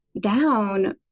down